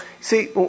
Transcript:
See